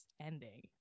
ending